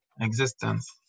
existence